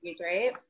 right